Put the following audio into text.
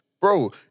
bro